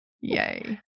Yay